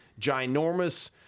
ginormous